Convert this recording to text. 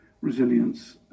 resilience